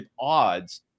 odds